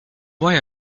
why